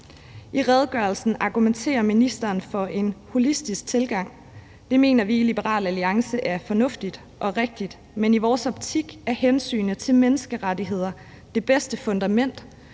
I redegørelsen argumenterer ministeren for en holistisk tilgang. Det mener vi i Liberal Alliance er fornuftigt og rigtigt, men i vores optik er hensynet til menneskerettigheder det bedste fundament,